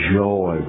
joy